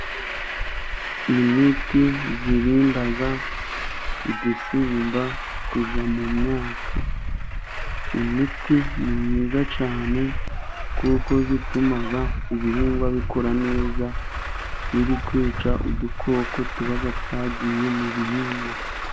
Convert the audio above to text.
Imiti irinda udusimba kujya mu myaka. Imiti ni myiza cyane kuko ituma ibihingwa bikura neza, iri kwica udukoko tuba twagiye mu bihingwa.